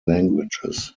languages